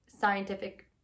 scientific